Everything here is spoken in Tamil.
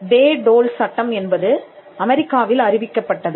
பேஹ் டோல் சட்டம் என்பது அமெரிக்காவில் அறிவிக்கப்பட்டது